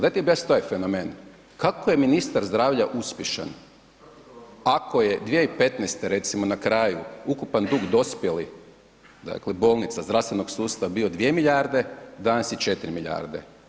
Dajte objasnite ovaj fenomen, kako je ministar zdravlja uspješan Ako je 2015., recimo na kraju, ukupan dug dospjeli, dakle bolnica, zdravstvenog sustava bio 2 milijarde danas je 4 milijarde.